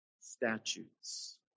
statutes